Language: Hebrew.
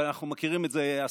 אבל אנחנו מכירים את זה.